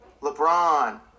LeBron